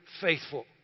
faithful